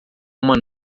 uma